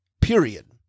period